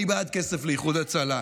אני בעד כסף לאיחוד הצלה,